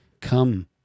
come